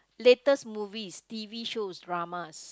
latest movies t_v shows dramas